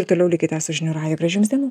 ir toliau likite su žinių radiju gražių jums dienų